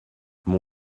mon